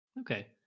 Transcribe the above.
Okay